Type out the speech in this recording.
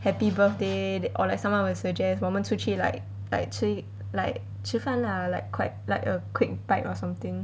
happy birthday or like someone will suggest 我们出去 like like 吃 like 吃饭 lah like quite like a quick bite or something